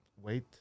Wait